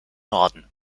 norden